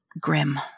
grim